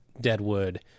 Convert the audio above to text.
deadwood